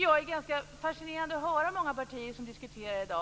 Det är fascinerande att höra många av de partier som diskuterar i dag.